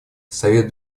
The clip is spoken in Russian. совет